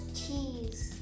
cheese